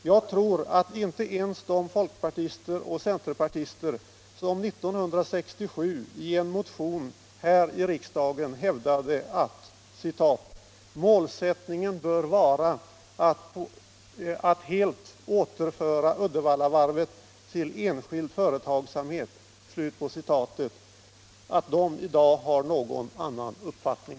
Jag tror att inte ens de folkpartister och centerpartister som 1967 i en motion här i riksdagen hävdade att ”målsättningen bör vara att helt återföra Uddevallavarvet till enskild företagsamhet” i dag har någon annan uppfattning.